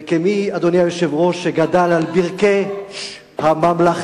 וכמי, אדוני היושב-ראש, שגדל על ברכי הממלכתיות,